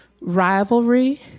rivalry